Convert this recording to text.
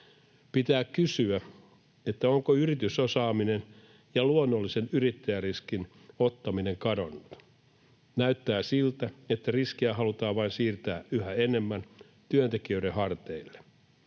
Pitää kysyä, onko yritysosaaminen ja luonnollisen yrittäjäriskin ottaminen kadonnut. Näyttää siltä, että riskiä halutaan vain siirtää yhä enemmän työntekijöiden harteille.